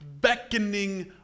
beckoning